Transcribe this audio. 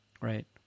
Right